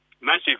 massive